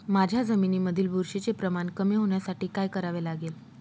माझ्या जमिनीमधील बुरशीचे प्रमाण कमी होण्यासाठी काय करावे लागेल?